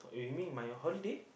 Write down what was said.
you mean my holiday